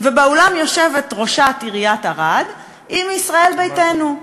ובאולם יושבת ראשת עיריית ערד, היא מישראל ביתנו.